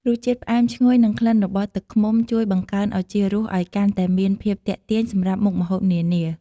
រសជាតិផ្អែមឈ្ងុយនិងក្លិនរបស់ទឹកឃ្មុំ ជួយបង្កើនឱជារសឱ្យកាន់តែមានភាពទាក់ទាញសម្រាប់មុខម្ហូបនានា។